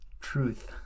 truth